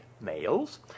males